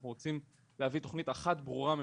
אנחנו רוצים להביא תוכנית אחת ברורה ממשלתית.